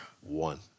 One